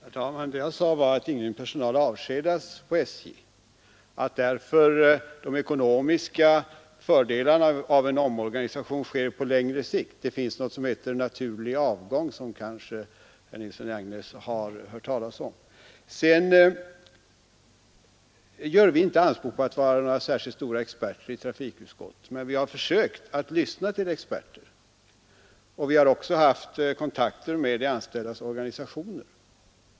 Herr talman! Vad jag sade var att ingen personal avskedas hos SJ och att de ekonomiska fördelarna av en omorganisation sker på längre sikt. Det finns något som heter naturlig avgång, vilket herr Nilsson i Agnäs kanske har hört talas om. Vi gör inte anspråk på att vara några särskilt stora experter i trafikutskottet, men vi har fö kt att lyssna till experter. Vi har också haft kontakter med de anställdas organisationer.